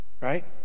right